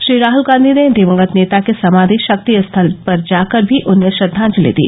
श्री राहुल गांधी ने दिवंगत नेता की समाधि शक्ति स्थल पर जाकर भी उन्हें श्रद्वांजलि दी